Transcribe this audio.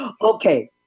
Okay